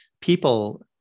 people